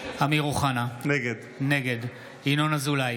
אמיר אוחנה, נגד ינון אזולאי,